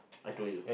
I told you